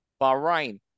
Bahrain